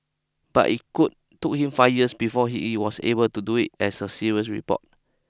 but it could took him five years before it he was able to do it as a serious report